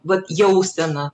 vat jausena